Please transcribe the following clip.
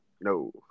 No